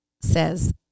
says